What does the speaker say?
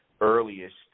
earliest